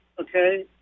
Okay